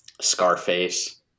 Scarface